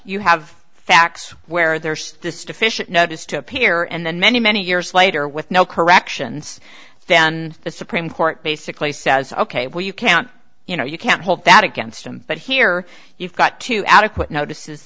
you have facts where there's this deficient notice to appear and then many many years later with no corrections then the supreme court basically says ok well you can't you know you can't hold that against him but here you've got to adequate notice